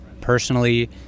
personally